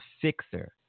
fixer